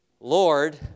Lord